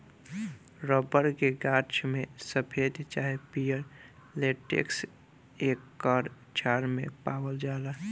rubber के गाछ में सफ़ेद चाहे पियर लेटेक्स एकर छाल मे पावाल जाला